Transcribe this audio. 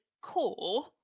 core